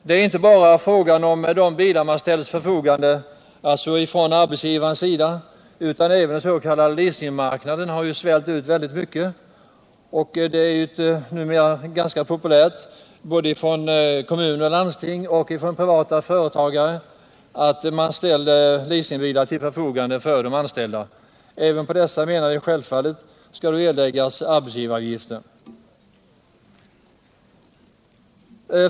Det är inte bara fråga om de bilar som arbetsgivaren ställer till förfogande utan även den s.k. leasingmarknaden har svällt ut mycket. Det är numera ganska populärt både bland kommuner och landsting samt i privata företag att ställa leasingbilar till förfogande för de anställda. Vi menar att det självfallet skall erläggas arbetsgivaravgift även för dessa förmåner.